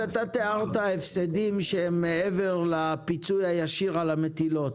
אתה תיארת הפסדים שהם מעבר לפיצוי הישיר על המטילות,